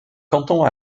canton